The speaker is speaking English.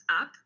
up